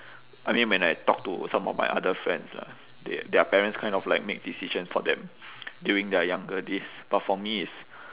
I mean when I talk to some of my other friends lah they their parents kind of like make decisions for them during their younger days but for me is